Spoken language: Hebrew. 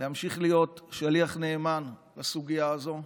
להמשיך להיות שליח נאמן בסוגיה הזאת,